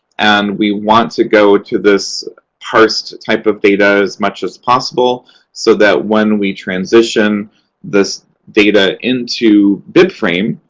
and we want to go to this parsed type of data as much as possible so that when we transition this data into bibframe,